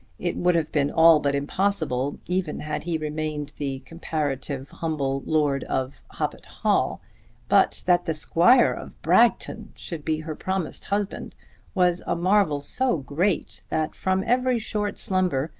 it would have been all but impossible even had he remained the comparatively humble lord of hoppet hall but that the squire of bragton should be her promised husband was a marvel so great that from every short slumber,